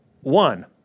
one